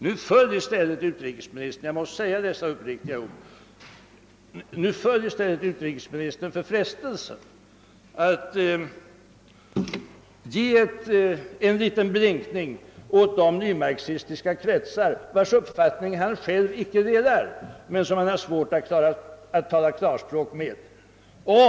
Nu föll i stället utrikesministern — jag måste säga dessa uppriktiga ord — för frestelsen att ge en liten blinkning åt de nymarxistiska kretsar, vilkas uppfattning han själv icke delar men vilka han har svårt att tala klarspråk med.